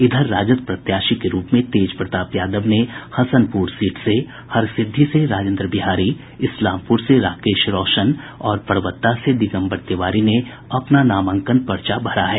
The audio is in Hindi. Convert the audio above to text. इधर राजद प्रत्याशी के रूप में तेज प्रताप यादव ने हसनपुर सीट से हरसिद्धी से राजेन्द्र बिहारी इस्लामपुर से राकेश रौशन और परबत्ता से दिगम्बर तिवारी ने अपना नामांकन पर्चा भरा है